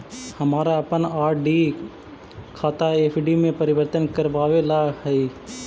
हमारा अपन आर.डी खाता एफ.डी में परिवर्तित करवावे ला हई